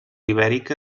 ibèrica